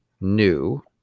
new